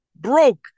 broke